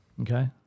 Okay